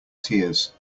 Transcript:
tears